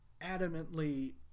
adamantly